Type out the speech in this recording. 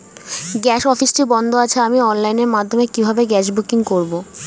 Gas অফিসটি বন্ধ আছে আমি অনলাইনের মাধ্যমে কিভাবে গ্যাস বুকিং করব?